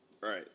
Right